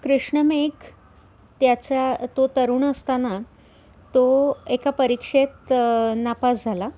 कृष्णमेघ त्याचा तो तरुण असताना तो एका परीक्षेत नापास झाला